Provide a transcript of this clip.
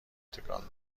تکان